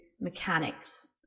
mechanics